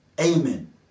Amen